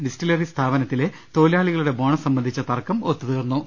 distillery എന്ന സ്ഥാപനത്തിലെ തൊഴി ലാളികളുടെ ബോണസ് സംബന്ധിച്ച തർക്കം ഒത്തുതീർന്നു